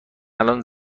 الان